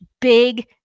big